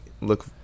look